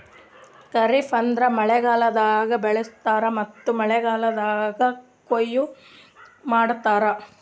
ಖರಿಫ್ ಅಂದುರ್ ಮಳೆಗಾಲ್ದಾಗ್ ಬೆಳುಸ್ತಾರ್ ಮತ್ತ ಮಳೆಗಾಲ್ದಾಗ್ ಕೊಯ್ಲಿ ಮಾಡ್ತಾರ್